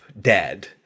dead